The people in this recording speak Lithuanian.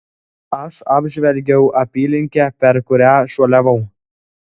aš apžvelgiau apylinkę per kurią šuoliavau